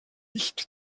nicht